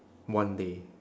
one day